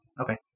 Okay